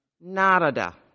Narada